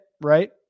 right